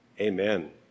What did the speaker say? Amen